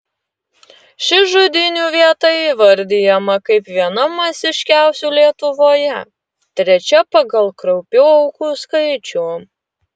ši žudynių vieta įvardijama kaip viena masiškiausių lietuvoje trečia pagal kraupių aukų skaičių